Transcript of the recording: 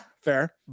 Fair